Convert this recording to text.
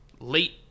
late